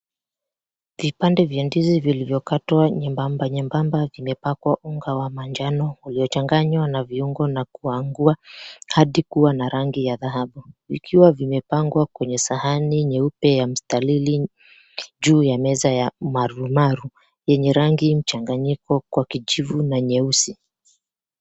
Vipande vya ndizi vilivyokatwa nyembamba nyembamba vimepakwa unga wa manjano vilivyochanganywa na viungo na kuangua hadi kuwa na rangi ya dhahabu vikiwa vimepangwa kwenye sahani nyeupe ya mstatili juu ya meza ya maru maru yenye rangi mchanganyiko kwa kijivu na nyeusi.